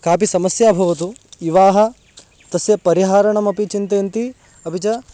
कापि समस्या भवतु युवानः तस्य परिहारणमपि चिन्तयन्ति अपि च